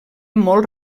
molt